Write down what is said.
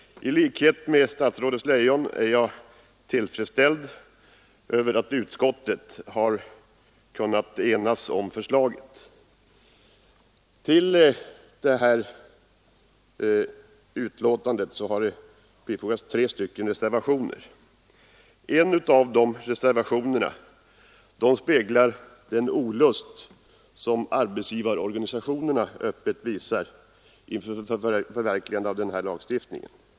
I likhet med statsrådet Leijon är jag till freds med att utskottets ledamöter i huvudsak kunnat enas om förslaget. Till betänkandet har emellertid fogats tre reservationer. En av dessa reservationer speglar den olust som arbetsgivarorganisationerna öppet visar inför förverkligandet av denna lagstiftning.